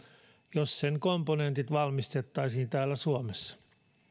jos sen komponentit valmistettaisiin täällä suomessa